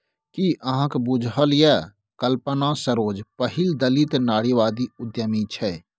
कि अहाँक बुझल यै कल्पना सरोज पहिल दलित नारीवादी उद्यमी छै?